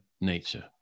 nature